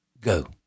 Go